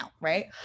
right